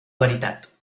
veritat